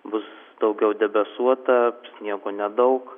bus daugiau debesuota sniego nedaug